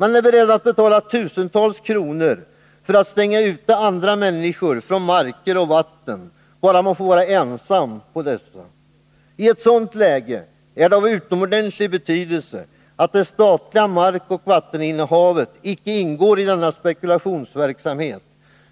Man är beredd att betala tusentals kronor för att stänga ute andra människor från marker och vatten, bara man får vara ensam på dessa. I ett sådant läge är det av utomordentlig betydelse att det statliga markoch vatteninnehavet icke ingår i denna spekulationsverksamhet